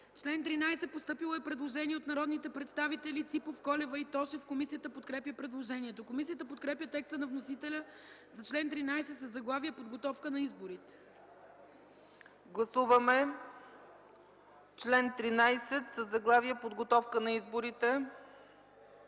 Член 13 – постъпило е предложение от народните представители Ципов, Колева и Тошев. Комисията подкрепя предложението. Комисията подкрепя текста на вносителите за чл. 13 със заглавие „Подготовка на изборите”. ПРЕДСЕДАТЕЛ ЦЕЦКА ЦАЧЕВА: Гласуваме чл. 13 със заглавие „Подготовка на изборите”.